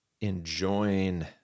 enjoying